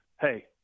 hey